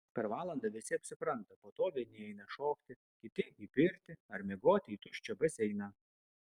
per valandą visi apsipranta po to vieni eina šokti kiti į pirtį ar miegoti į tuščią baseiną